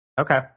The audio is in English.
Okay